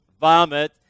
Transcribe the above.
vomit